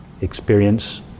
Experience